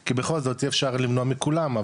כי בכל זאת אי אפשר למנוע מכולם,